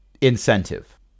incentive